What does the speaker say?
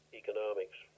economics